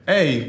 Hey